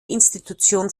institution